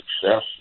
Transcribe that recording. success